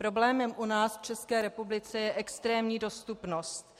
Problémem u nás v České republice je extrémní dostupnost.